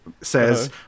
says